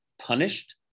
punished